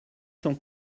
cent